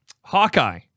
Hawkeye